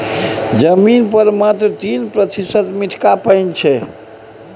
जमीन पर मात्र तीन प्रतिशत मीठका पानि छै